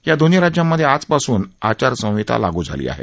या दोन्ही राज्यांमधे आजपासून आचारसंहिता लागू झाली आहे